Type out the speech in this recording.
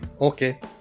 okay